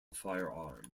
firearm